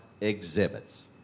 exhibits